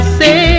say